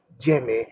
Jimmy